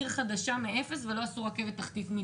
עיר חדשה מאפס ולא חשבו על רכבת תחתית.